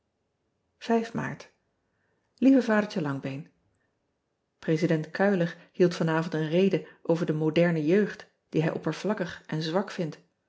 aart ieve adertje angbeen resident uyler hield vanavond een rede over de moderne jeugd die hij oppervlakkig en zwak vindt